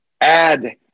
add